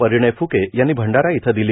परिणय फ़के यांनी भंडारा इथं दिली